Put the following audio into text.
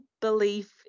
belief